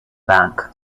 bank